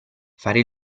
fare